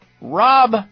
rob